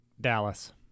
Dallas